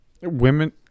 Women